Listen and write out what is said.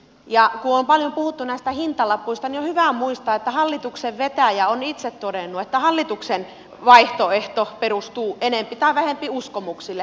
kun on paljon puhuttu näistä hintalapuista niin on hyvä muistaa että hallituksen vetäjä on itse todennut että hallituksen vaihtoehto perustuu enempi tai vähempi uskomuksille